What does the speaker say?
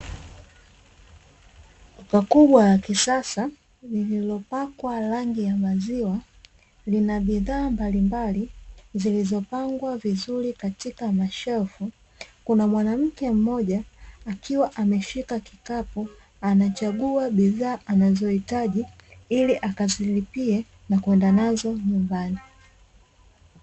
Duka kubwa la kisasa lililopakwa rangi ya maziwa lina bidhaa mbalimbali zilizopangwa vizuri katika mashelfu, kuna mwanamke mmoja akiwa ameshika kikapu anachagua bidhaa anazozihitaji, ili akazilipie na kwenda nazo nyumbani.